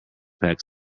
pack